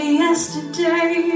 yesterday